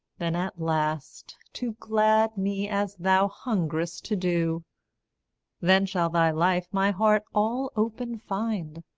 then at last, to glad me as thou hungerest to do then shall thy life my heart all open find,